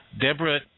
Deborah